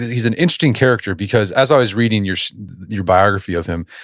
he's an interesting character because, as i was reading your your biography of him,